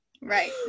Right